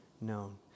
known